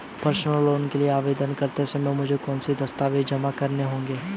Personal loan के लिए आवेदन करते समय मुझे कौन से दस्तावेज़ जमा करने होंगे?